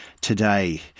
today